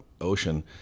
ocean